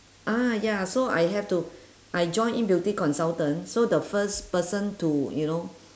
ah ya so I have to I joined in beauty consultant so the first person to you know